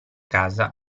casa